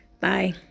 Bye